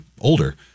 older